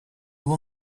will